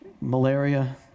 malaria